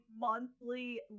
monthly